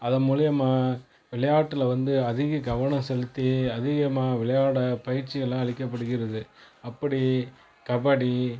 அதன் மூலிமா விளையாட்டில் வந்து அதிக கவனம் செலுத்தி அதிகமாக விளையாட பயிற்சிகள்லாம் அளிக்கப்படுகிறது அப்படி கபடி